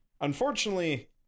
unfortunately